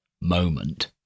moment